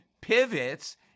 pivots